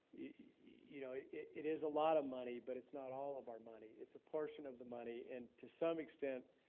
you know it is a lot of money, but it's not all of our money. it's a portion of the money. and to some extent,